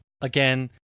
again